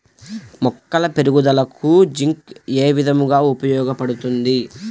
మొక్కల పెరుగుదలకు జింక్ ఏ విధముగా ఉపయోగపడుతుంది?